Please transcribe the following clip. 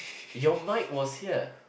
your mic was here